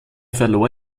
verlor